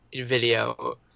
video